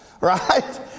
right